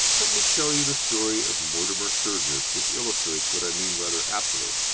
let me tell you the story of mortimer sturgis, which illustrates what i mean rather aptly.